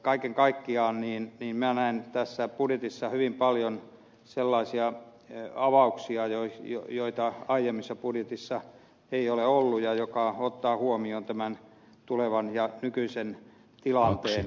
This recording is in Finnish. kaiken kaikkiaan minä näen tässä budjetissa hyvin paljon sellaisia avauksia joita aiemmissa budjeteissa ei ole ollut ja se ottaa huomioon nykyisen ja tulevan tilanteen